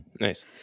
Nice